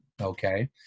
Okay